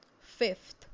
Fifth